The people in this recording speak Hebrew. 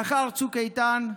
לאחר צוק איתן,